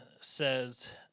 says